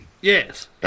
Yes